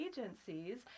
agencies